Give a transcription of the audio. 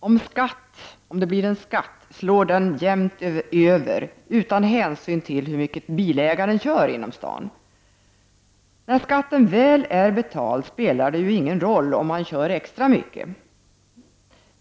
Om det blir en skatt slår den jämnt utan hänsyn till hur mycket bilägaren kör inom staden. När skatten väl är betald spelar det ju ingen roll om man kör extra mycket.